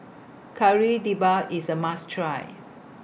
Kari Debal IS A must Try